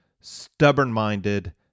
stubborn-minded